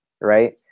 right